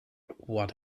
what